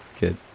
good